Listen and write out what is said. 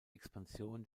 expansion